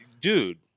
Dude